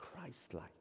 Christ-like